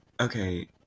Okay